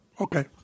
Okay